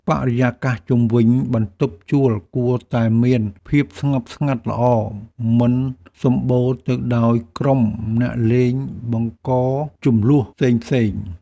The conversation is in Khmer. បរិយាកាសជុំវិញបន្ទប់ជួលគួរតែមានភាពស្ងប់ស្ងាត់ល្អ មិនសម្បូរទៅដោយក្រុមអ្នកលេងបង្កជម្លោះផ្សេងៗ។